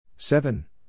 Seven